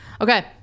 Okay